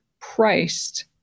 priced